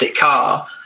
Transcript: car